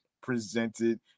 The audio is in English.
presented